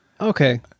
Okay